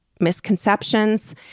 misconceptions